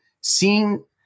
seeing